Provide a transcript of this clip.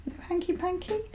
Hanky-panky